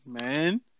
Man